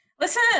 Listen